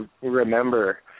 remember